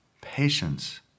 Patience